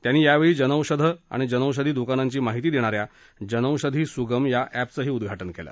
त्यांनी यावेळी जनऔषधं आणि जनौषधी दुकानांची माहिती देणा या जनौषधी सुगम या अॅपचंही उद्घाटन केलं